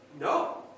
No